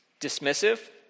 Dismissive